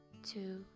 Two